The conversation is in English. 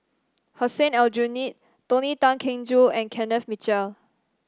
Hussein Aljunied Tony Tan Keng Joo and Kenneth Mitchell